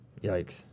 Yikes